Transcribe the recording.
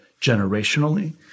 generationally